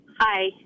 Hi